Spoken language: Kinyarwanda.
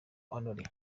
only